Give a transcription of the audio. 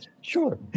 Sure